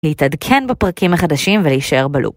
להתעדכן בפרקים החדשים ולהישאר בלופ.